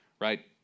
right